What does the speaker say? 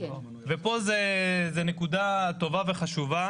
פה זה נקודה טובה וחשובה